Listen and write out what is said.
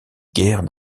guerre